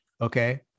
okay